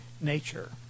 nature